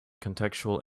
contextual